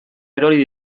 erori